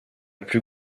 plus